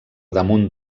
damunt